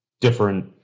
different